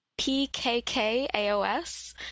P-K-K-A-O-S